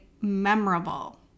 memorable